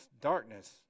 darkness